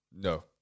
No